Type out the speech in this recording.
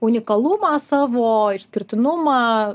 unikalumą savo išskirtinumą